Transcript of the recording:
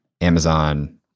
Amazon